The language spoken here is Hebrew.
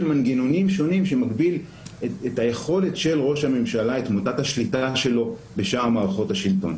מנגנונים שונים שמגביל את מוטת השליטה של ראש הממשלה בשאר מערכות השלטון.